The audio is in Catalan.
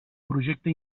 projecte